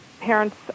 parents